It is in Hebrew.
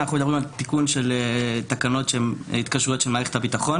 אנחנו מדברים על תיקון של תקנות שהן התקשרויות של מערכת הביטחון,